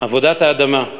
עבודת האדמה.